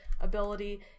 ability